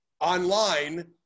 online